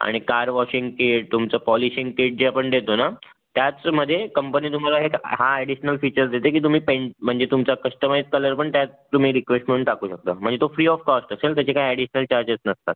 आणि car washing kit तुमचं polishing kit जे आपण देतो ना त्याचमध्ये कंपनी तुम्हाला एक हा अॅडिशनल फीचर्स देते की तुम्ही पें म्हणजे तुमचा कश्टमाइज कलर पण त्यात तुम्ही रिक्वेश्ट म्हणून टाकू शकता म्हणजे तो फ्री ऑफ कॉस्ट असेल त्याचे काही अॅडिशनल चार्जेस नसतात